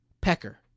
Pecker